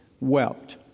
wept